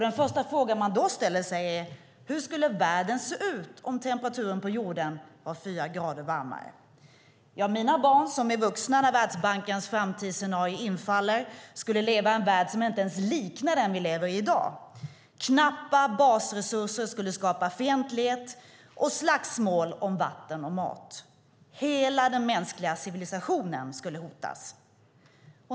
Den första fråga som man då ställer sig är: Hur skulle världen se ut om temperaturen på jorden var fyra grader högre? Ja, mina barn som är vuxna när Världsbankens framtidsscenario infaller skulle leva i en värld som inte ens liknar den vi i dag lever i. Knappa basresurser skulle skapa fientlighet och slagsmål om vatten och mat. Hela den mänskliga civilisationen skulle hotas.